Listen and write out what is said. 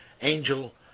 angel